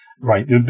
Right